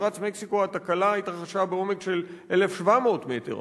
במפרץ מקסיקו התקלה התרחשה בעומק של 1,700 מטר.